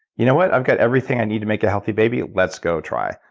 you know what? i got everything i need to make a healthy baby. let's go try.